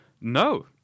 No